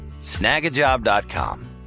Snagajob.com